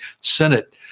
Senate